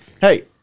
hey